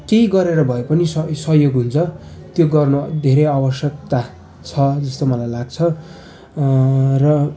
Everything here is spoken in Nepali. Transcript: केही गरेर भए पनि स सहयोग हुन्छ त्यो गर्न धेरै आवश्यकता छ जस्तो मलाई लाग्छ र